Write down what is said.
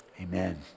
amen